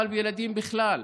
אבל בילדים בכלל.